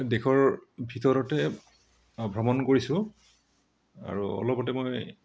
দেশৰ ভিতৰতে মই ভ্ৰমণ কৰিছোঁ আৰু অলপতে মই